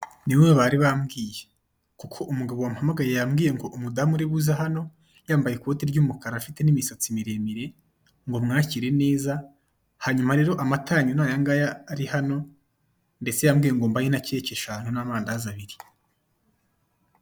Ni we bari bambwiye kuko umugabo wampamagaye yambwiye ngo umudamu uribuze hano yambaye ikoti ry'umukara afite n'imisatsi miremire ngo mwakire neza, hanyuma rero amata yanyu ni aya ngaya ari hano ndetse yambwiye ngo mbahe na keke eshanu n'amandazi abiri.